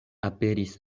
aperis